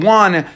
one